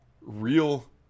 real